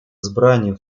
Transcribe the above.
избранием